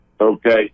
okay